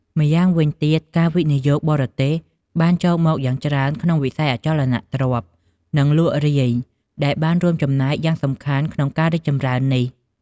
ម្យ៉ាងវិញទៀត ការវិនិយោគបរទេសបានចូលមកយ៉ាងច្រើនក្នុងវិស័យអចលនទ្រព្យ និងលក់រាយដែលបានរួមចំណែកយ៉ាងសំខាន់ក្នុងការរីកចម្រើននេះ។